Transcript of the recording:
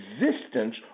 existence